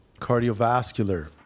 cardiovascular